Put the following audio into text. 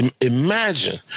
Imagine